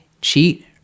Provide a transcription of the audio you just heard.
cheat